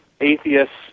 atheists